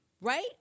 right